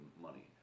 money